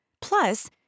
Plus